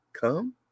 Come